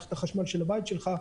מערכת החשמל של הבית שלך,